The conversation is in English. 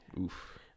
Oof